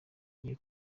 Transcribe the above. ngiye